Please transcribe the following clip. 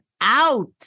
out